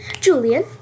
Julian